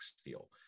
steel